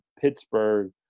Pittsburgh